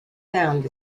sound